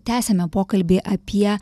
tęsiame pokalbį apie